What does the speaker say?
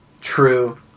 True